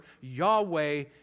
Yahweh